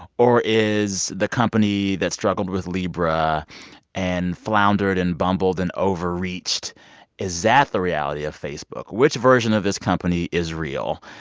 or is the company that struggled with libra and floundered and bumbled and overreached is that the reality of facebook? which version of this company is real?